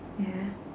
yeah